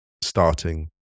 starting